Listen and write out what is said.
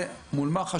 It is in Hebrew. זה מול מח"ש,